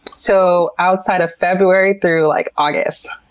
so outside of february through like august,